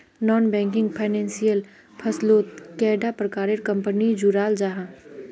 Non banking financial फसलोत कैडा प्रकारेर कंपनी जुराल जाहा?